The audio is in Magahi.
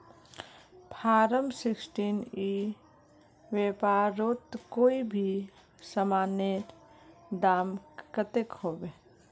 फारम सिक्सटीन ई व्यापारोत कोई भी सामानेर दाम कतेक होबे?